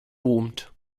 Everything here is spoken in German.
boomt